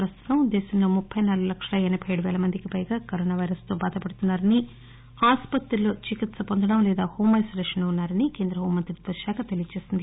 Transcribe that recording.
ప్రస్తుతం దేశంలో ముప్పి నాలుగు లక్షల ఎనబై ఏడు పేల మందికి పైగా కరోనా వైరస్ తో బాధపడుతున్నారని ఆసుపత్రిలో చికిత్స పొందడం లేదా హోమ్ ఐనోలేషన్లో ఉన్నా రని కేంద్ర హోం మంత్రిత్వ శాఖ తెలియజేసింది